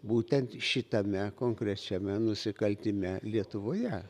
būtent šitame konkrečiame nusikaltime lietuvoje